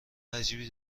عجیبی